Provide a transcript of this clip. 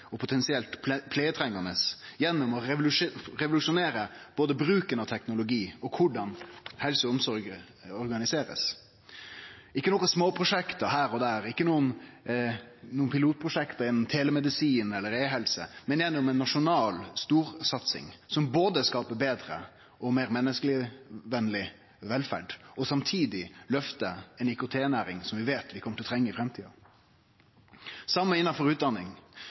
og potensielt pleietrengjande i framtida, gjennom å revolusjonere både bruken av teknologi og måten å organisere helse og omsorg på – ikkje med småprosjekt her og der, ikkje med pilotprosjekt innan telemedisin eller e-helse, men gjennom ei nasjonal storsatsing som både skaper betre og meir menneskevenleg velferd og samtidig løftar ei IKT-næring som vi veit vi kjem til å trenge i framtida. Innanfor utdanning